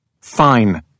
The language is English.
Fine